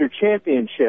championship